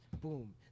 Boom